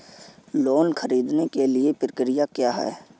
Loan ख़रीदने के लिए प्रक्रिया क्या है?